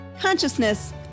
consciousness